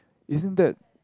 isn't that